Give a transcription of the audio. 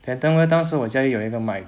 then 当当时我家有一个 mic